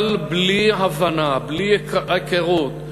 אבל בלי הבנה, בלי הכרה של